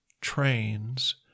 trains